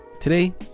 today